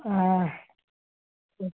अह्